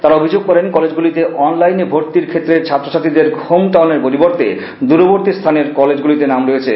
তারা অভিযোগ করেন কলেজ গুলিতে অন লাইনে ভর্তির ক্ষেত্রে ছাত্র ছাত্রীদের হোম টাউনের পরিবর্তে দূরবর্তী স্থানের কলেজ গুলিতে নাম রয়েছে